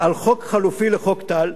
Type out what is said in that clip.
על חוק חלופי לחוק טל,